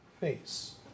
face